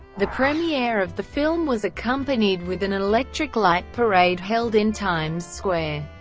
the premiere of the film was accompanied with an electric light parade held in times square.